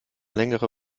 längere